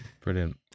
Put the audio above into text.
brilliant